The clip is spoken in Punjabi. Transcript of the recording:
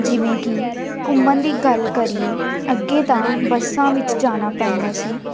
ਜਿਵੇਂ ਕਿ ਘੁੰਮਣ ਦੀ ਗੱਲ ਕਰੀਏ ਅੱਗੇ ਤਾਂ ਬੱਸਾਂ ਵਿੱਚ ਜਾਣਾ ਪੈਂਦਾ ਸੀ